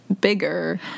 bigger